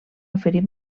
oferir